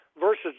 versus